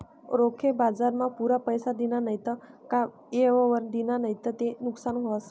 रोखे बजारमा पुरा पैसा दिना नैत का येयवर दिना नैत ते नुकसान व्हस